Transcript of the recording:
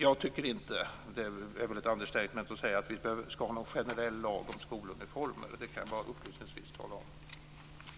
Jag tycker inte - det är väl ett understatement att säga så - att vi ska ha en generell lag om skoluniformer. Det kan jag bara upplysningsvis tala om.